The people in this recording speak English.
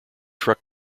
truck